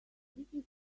this